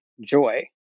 joy